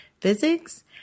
physics